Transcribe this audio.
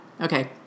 Okay